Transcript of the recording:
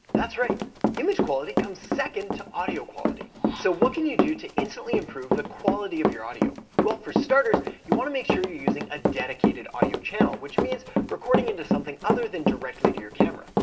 that's right, the image quality comes second to audio quality. so, what can you do to instantly improve the quality of your audio? well for starters, you wanna make sure you're using a dedicated audio channel. which means recording into something other than directly to your camera.